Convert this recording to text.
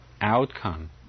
outcome